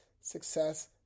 success